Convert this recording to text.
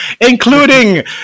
including